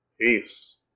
Peace